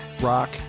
rock